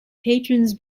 patrons